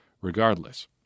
regardless